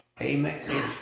Amen